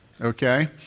okay